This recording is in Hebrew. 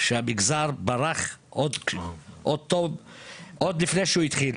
שהמגזר ברח עוד לפני שהוא התחיל.